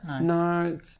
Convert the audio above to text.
No